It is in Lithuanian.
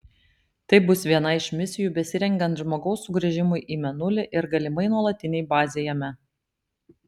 tai bus viena iš misijų besirengiant žmogaus sugrįžimui į mėnulį ir galimai nuolatinei bazei jame